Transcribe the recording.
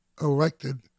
elected